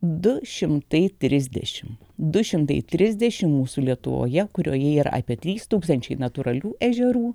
du šimtai trisdešimt du šimtai trisdešimt mūsų lietuvoje kurioje yra apie trys tūkstančiai natūralių ežerų